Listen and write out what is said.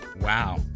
Wow